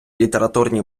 літературні